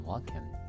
Welcome